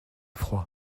froid